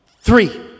three